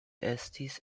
estis